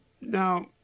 Now